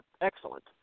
excellent